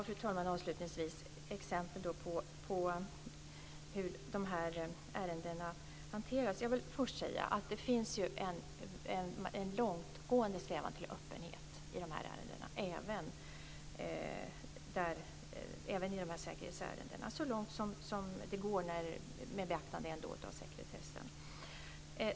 Fru talman! Avslutningvis vill jag säga något om exemplen på hur de här ärendena hanteras. Jag vill först säga att det finns en långtgående strävan efter öppenhet i de här ärendena. Det gäller även säkerhetsärendena så långt det går med beaktande av sekretessen.